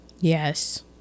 Yes